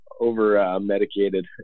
over-medicated